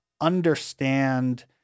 understand